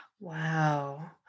wow